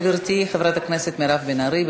גברתי חברת הכנסת מירב בן ארי.